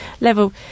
level